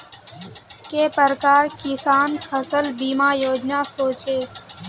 के प्रकार किसान फसल बीमा योजना सोचें?